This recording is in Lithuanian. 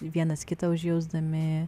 vienas kitą užjausdami